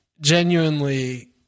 genuinely